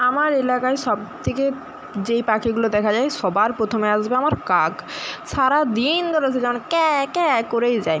আমার এলাকায় সব থেকে যেই পাখিগুলো দেখা যায় সবার প্রথমে আসবে আমার কাক সারা দিন ধরে সে যেন ক্যাঁ ক্যাঁ করেই যায়